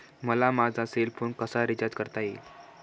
मला माझा cell phone कसा रिचार्ज करता येईल?